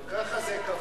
גם ככה זה קפוא.